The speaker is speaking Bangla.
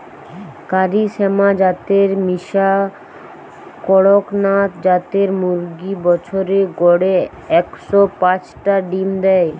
কারি শ্যামা জাতের মিশা কড়কনাথ জাতের মুরগি বছরে গড়ে একশ পাচটা ডিম দেয়